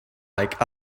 like